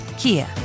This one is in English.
Kia